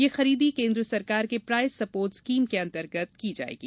यह खरीदी केन्द्र सरकार के प्राइस सपोर्ट स्कीम के अंतर्गत की जायेगी